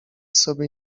sobie